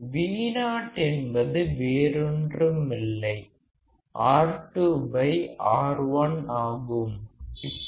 Vo என்பது வேறொன்றுமில்லை R2R1 ஆகும்